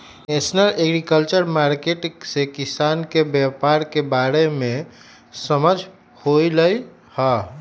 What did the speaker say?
national agriculture market से किसान के व्यापार के बारे में समझ होलई ह